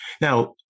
Now